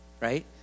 right